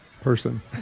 person